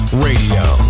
radio